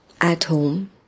at-home